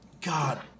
God